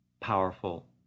powerful